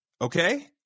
okay